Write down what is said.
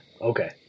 Okay